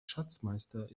schatzmeister